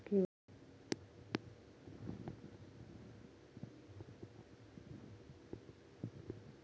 KYC म्हटल्या काय?